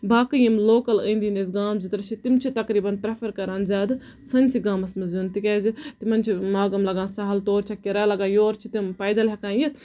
باقٕے یِم لوکَل أندۍ أندۍ اَسہِ گام زٕ ترےٚ چھِ تِم چھِ تَقریٖبَن پرٮ۪فر ران زیادٕ سٲنسی گامَس منٛز یُن تِکیازِ تِمَن چھ ماگَم لگان سَہَل تورٕ چھَکھ کِرایہِ لَگان یورٕ چھِ تِم پایدٔلۍ ہٮ۪کان یَتھ